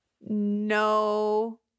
No